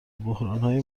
بحرانهای